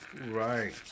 Right